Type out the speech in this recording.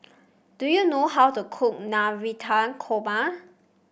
do you know how to cook Navratan Korma